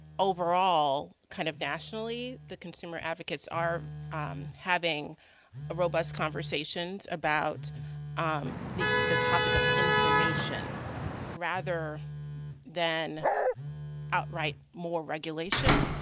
overall kind of nationally, the consumer advocates are um having ah robust conversations about um the the topic of information rather than outright more regulation